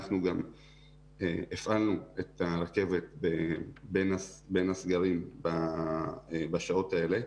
אנחנו גם הפעלנו את הרכבת בין הסגרים בשעות האלה,